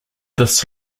this